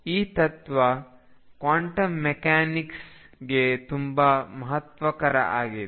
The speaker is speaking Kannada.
ಈ ತತ್ವ ಕ್ವಾಂಟಂ ಮೆಕ್ಯಾನಿಕ್ಸ್ಗೆ ತುಂಬಾ ಮಹತ್ವಕರ ಆಗಿದೆ